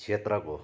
क्षेत्रको